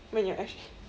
when you're actually